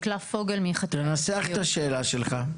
תנסח את השאלה שלך.